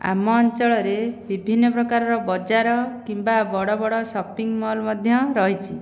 ଆମ ଅଞ୍ଚଳରେ ବିଭିନ୍ନ ପ୍ରକାରର ବଜାର କିମ୍ବା ବଡ଼ ବଡ଼ ସପିଂମଲ୍ ମଧ୍ୟ ରହିଛି